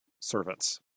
servants